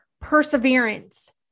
perseverance